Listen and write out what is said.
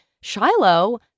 Shiloh